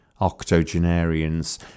Octogenarians